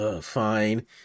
fine